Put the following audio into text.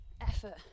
Effort